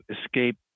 escape